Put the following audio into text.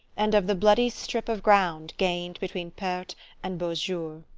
and of the bloody strip of ground gained between perthes and beausejour.